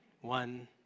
one